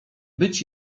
być